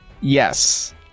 Yes